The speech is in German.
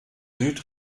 süd